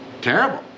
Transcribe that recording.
terrible